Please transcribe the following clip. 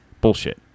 bullshit